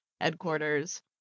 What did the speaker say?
headquarters